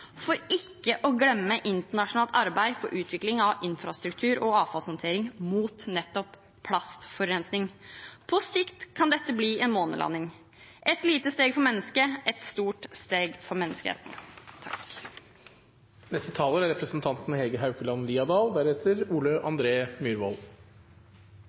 for ikke å glemme internasjonalt arbeid for utvikling av infrastruktur og avfallshåndtering og mot nettopp plastforurensning. På sikt kan dette bli en månelanding – et lite steg for mennesket, et stort steg for menneskeheten. Det er